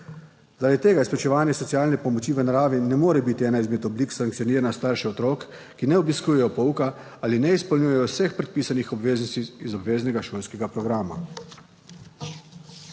Zaradi tega izplačevanje socialne pomoči v naravi ne more biti ena izmed oblik sankcioniranja staršev otrok, ki ne obiskujejo pouka ali ne izpolnjujejo vseh predpisanih obveznosti iz obveznega šolskega programa.